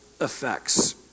effects